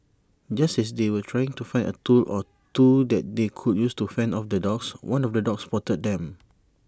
just as they were trying to find A tool or two that they could use to fend off the dogs one of the dogs spotted them